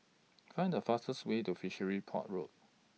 Find The fastest Way to Fishery Port Road